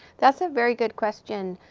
that's a very good question,